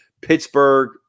Pittsburgh